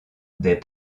des